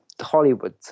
Hollywood